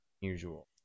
usual